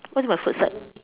what about food fight